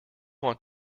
want